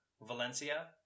Valencia